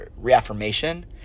reaffirmation